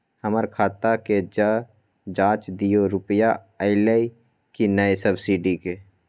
हमर खाता के ज जॉंच दियो रुपिया अइलै की नय सब्सिडी के?